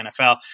NFL